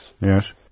yes